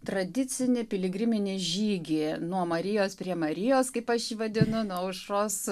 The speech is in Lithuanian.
tradicinį piligriminį žygį nuo marijos prie marijos kaip aš vadinu nuo aušros